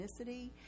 ethnicity